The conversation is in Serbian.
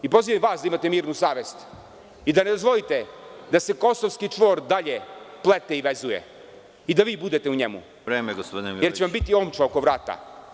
Pozivam i vas da imate mirnu savest i da ne dozvolite da se kosovski čvor i dalje plete i vezuje i da vi budete u njemu, jer će vam biti omča oko vrata.